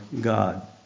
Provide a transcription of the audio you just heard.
God